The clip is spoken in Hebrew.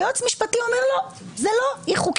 ויועץ משפטי אומר: לא, זה לא אי-חוקיות.